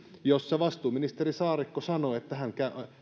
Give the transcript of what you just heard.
jossa vastuuministeri saarikko sanoo että hän